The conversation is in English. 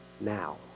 now